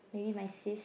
maybe my sis